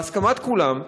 בהסכמת כולם,